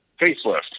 facelift